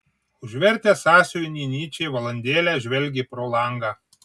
užvertęs sąsiuvinį nyčė valandėlę žvelgė pro langą